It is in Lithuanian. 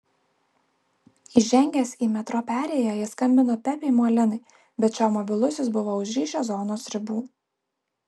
įžengęs į metro perėją jis skambino pepei molinai bet šio mobilusis buvo už ryšio zonos ribų